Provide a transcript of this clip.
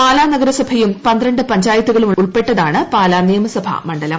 പാലാ നഗരസഭൂയുർ പ്രിന്ത്രണ്ട് പഞ്ചായത്തുകളും ഉൾപ്പെട്ടതാണ് പാലാ നിയമസഭാ മണ്ണുല്പം